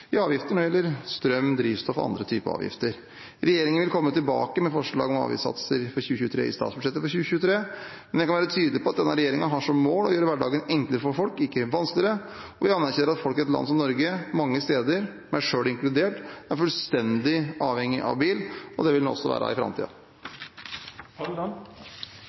i avgifter når det gjelder strøm, drivstoff og andre typer avgifter. Regjeringen vil komme tilbake med forslag om avgiftssatser for 2023 i statsbudsjettet for 2023, men jeg kan være tydelig på at denne regjeringen har som mål å gjøre hverdagen enklere for folk, ikke vanskeligere. Vi anerkjenner at folk i et land som Norge, meg selv inkludert, mange steder er fullstendig avhengig av bil, og det vil man også være i